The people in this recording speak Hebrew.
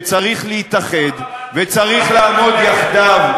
ואם אתם פעם אחת תגיעו למסקנה שצריך להתאחד וצריך לעמוד יחדיו,